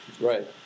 Right